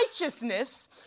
righteousness